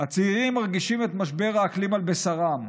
הצעירים מרגישים את משבר האקלים על בשרם.